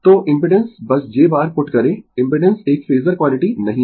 तो इम्पिडेंस बस z bar put करें इम्पिडेंस एक फेजर क्वांटिटी नहीं है